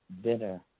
Bitter